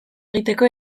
egiteko